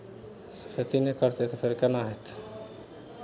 सफैती नहि करतै तऽ फेर केना हेतै